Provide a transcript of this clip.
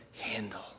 handle